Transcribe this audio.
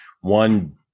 one